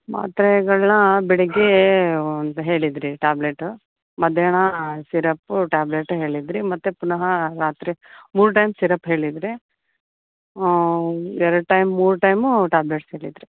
ಮಾತ್ರೆಗಳ್ನ ಬೆಳಿಗ್ಗೆ ಒಂದು ಹೇಳಿದ್ರಿ ಟ್ಯಾಬ್ಲೆಟು ಮಧ್ಯಾಹ್ನ ಸಿರಪ್ಪ್ ಟ್ಯಾಬ್ಲೆಟ್ ಹೇಳಿದ್ರಿ ಮತ್ತೆ ಪುನಃ ರಾತ್ರಿ ಮೂರು ಟೈಮ್ ಸಿರಪ್ ಹೇಳಿದ್ರಿ ಎರ್ಡು ಟೈಮ್ ಮೂರು ಟೈಮು ಟ್ಯಾಬ್ಲೆಟ್ಸ್ ಹೇಳಿದ್ರಿ